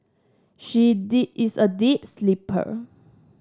she is a deep sleeper